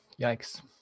Yikes